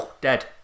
dead